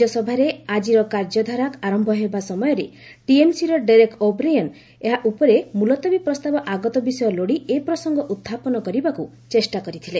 ରାଜ୍ୟସଭାରେ ଆଜିର କାର୍ଯ୍ୟଧାରା ଆରମ୍ଭ ହେବା ସମୟରେ ଟିଏମ୍ସିର ଡେରେକ୍ ଓ'ବ୍ରିଏନ୍ ଏହା ଉପରେ ମୁଲତବୀ ପ୍ରସ୍ତାବ ଆଗତ ବିଷୟ ଲୋଡି ଏ ପ୍ରସଙ୍ଗ ଉତ୍ଥାପନ କରିବାକୁ ଚେଷ୍ଟା କରିଥିଲେ